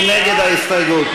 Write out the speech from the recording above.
מי נגד ההסתייגות?